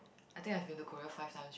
I think I been to Korea five times